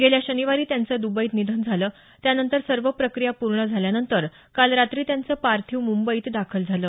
गेल्या शनिवारी त्यांचं दुबईत निधन झालं त्यानंतर सर्व प्रक्रिया पूरण झाल्यानंतर काल रात्री त्यांचं पार्थिंव मुंबईत दाखल झालं